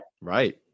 Right